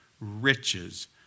riches